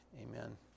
Amen